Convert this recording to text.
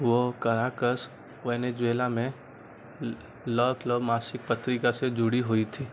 वह Caracas Venezuela में La Club मासिक पत्रिका से जुड़ी हुई थी